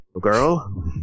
girl